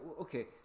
okay